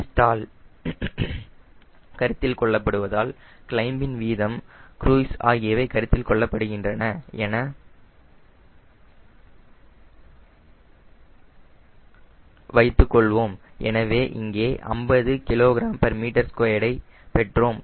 Vstall கருத்தில் கொள்ளப்படுவதால் கிளைம்பின் விதம் க்ரூய்ஸ் ஆகியவை கருத்தில் கொள்ளப்படுகின்றன என வைத்துக்கொள்வோம் எனவே இங்கே 50 kgm2 ஐ பெற்றோம்